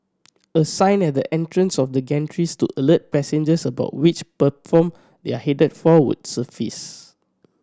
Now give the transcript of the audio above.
a sign at the entrance of the gantries to alert passengers about which they are headed for would suffice